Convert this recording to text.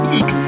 Mix